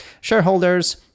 shareholders